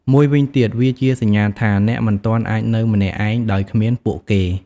មួយវិញទៀត វាជាសញ្ញាថា អ្នកមិនទាន់អាចនៅម្នាក់ឯង ដោយគ្មានពួកគេ។